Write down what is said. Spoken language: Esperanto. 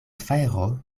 fajro